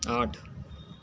आठ